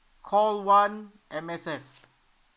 call one M_S_F